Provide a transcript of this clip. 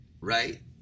right